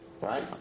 Right